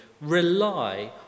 rely